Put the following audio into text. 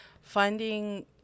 finding